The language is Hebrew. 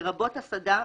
לרבות הסעדה,